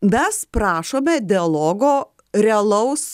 mes prašome dialogo realaus